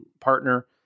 partner